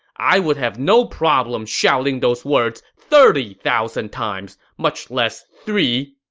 i would have no problem shouting those words thirty thousand times, much less three!